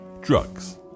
Drugs